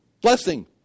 Blessing